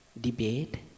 debate